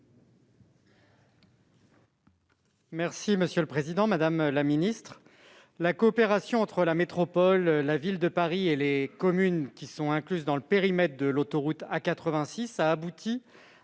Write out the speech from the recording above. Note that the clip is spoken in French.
Féraud. Monsieur le président, madame la ministre, mes chers collègues, la coopération entre la métropole, la ville de Paris et les communes qui sont incluses dans le périmètre de l'autoroute A86 a abouti